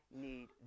need